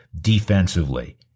defensively